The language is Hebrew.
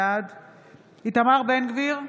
בעד איתמר בן גביר,